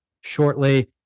shortly